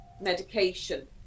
medication